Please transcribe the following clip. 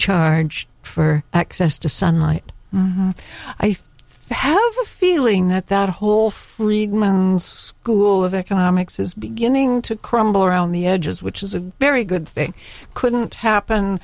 charged for access to sunlight i think have a feeling that that whole friedman's school of economics is beginning to crumble around the edges which is a very good thing couldn't happen